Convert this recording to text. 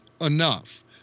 enough